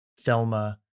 Thelma